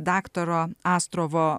daktaro astrovo